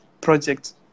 project